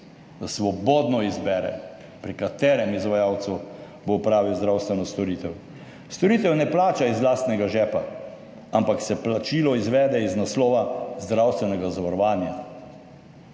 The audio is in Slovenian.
Da svobodno izbere, pri katerem izvajalcu bo opravil zdravstveno storitev. Storitve ne plača iz lastnega žepa, ampak se plačilo izvede iz naslova zdravstvenega zavarovanja.